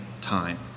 time